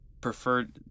preferred